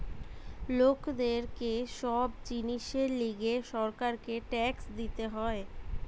লোকদের কে সব জিনিসের লিগে সরকারকে ট্যাক্স দিতে হয়